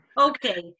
okay